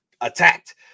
attacked